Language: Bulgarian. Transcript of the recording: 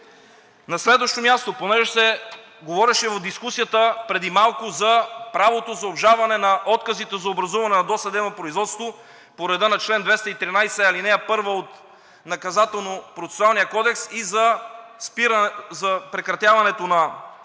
На следващо място. Понеже се говореше в дискусията преди малко за правото за обжалване на отказите за образуване на досъдебно производство по реда на чл. 213, ал. 1 от Наказателно-процесуалния кодекс и за прекратяването на